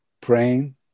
praying